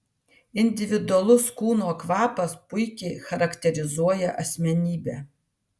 individualus kūno kvapas puikiai charakterizuoja asmenybę